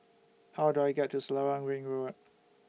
How Do I get to Selarang Ring Road